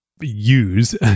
use